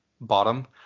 bottom